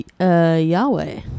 yahweh